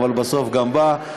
אבל בסוף גם בא,